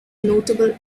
notable